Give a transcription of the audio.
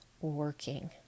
working